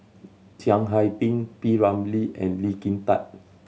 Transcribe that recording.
Chiang Hai Ding P Ramlee and Lee Kin Tat